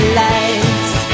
lights